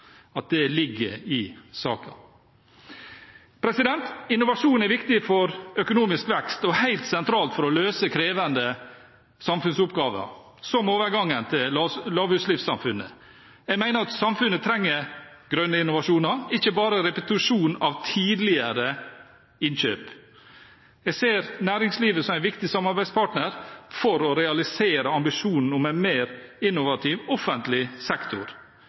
at det ligger i saken. Innovasjon er viktig for økonomisk vekst og helt sentralt for å løse krevende samfunnsoppgaver, som overgangen til lavutslippssamfunnet. Jeg mener samfunnet trenger grønne innovasjoner, ikke bare repetisjon av tidligere innkjøp. Jeg ser næringslivet som en viktig samarbeidspartner for å realisere ambisjonen om en mer innovativ offentlig sektor,